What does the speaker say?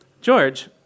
George